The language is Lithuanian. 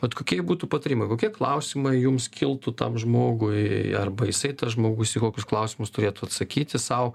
vat kokie būtų patarimai kokie klausimai jums kiltų tam žmogui arba jisai tas žmogus į kokius klausimus turėtų atsakyti sau